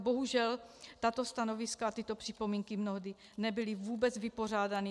Bohužel tato stanoviska a tyto připomínky mnohdy nebyly vůbec vypořádány.